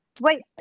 wait